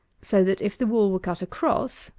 so that if the wall were cut across,